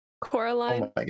Coraline